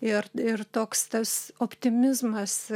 ir ir toks tas optimizmas